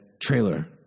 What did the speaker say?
trailer